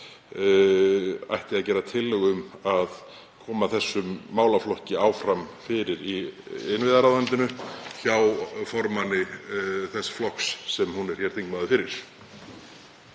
ætti að gera tillögu um að koma þessum málaflokki áfram fyrir í innviðaráðuneytinu hjá formanni þess flokks sem hún er þingmaður fyrir?